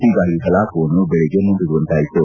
ಹೀಗಾಗಿ ಕಲಾಪವನ್ನು ಬೆಳಗ್ಗೆ ಮುಂದೂಡುವಂತಾಯಿತು